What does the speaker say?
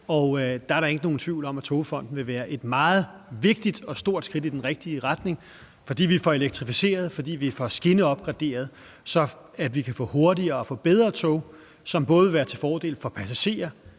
og der er der ikke nogen tvivl om, at Togfonden DK vil være et meget vigtigt og stort skridt i den rigtige retning, fordi vi får elektrificeret, fordi vi får skinneopgraderet, så vi kan få hurtigere og bedre tog, som både vil være til fordel for passagerer,